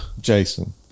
Jason